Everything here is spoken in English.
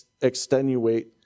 extenuate